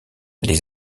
les